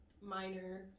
Minor